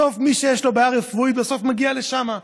בסוף, מי שיש לו בעיה רפואית מגיע לשם.